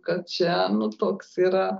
kad čia nu toks yra